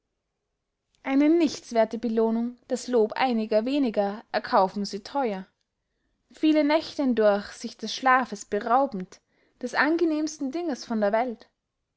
eine nichtswerthe belohnung das lob einiger wenigen erkaufen sie theuer viele nächte hindurch sich des schlafes beraubend des angenehmsten dinges von der welt